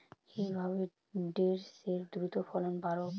কিভাবে ঢেঁড়সের দ্রুত ফলন বাড়াব?